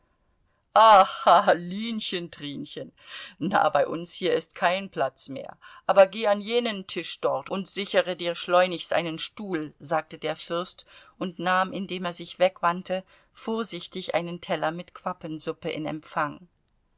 linchen trinchen na bei uns hier ist kein platz mehr aber geh an jenen tisch dort und sichere dir schleunigst einen stuhl sagte der fürst und nahm indem er sich wegwandte vorsichtig einen teller mit quappensuppe in empfang